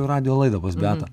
radijo laidą pas beatą